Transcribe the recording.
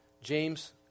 James